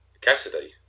Cassidy